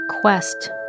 quest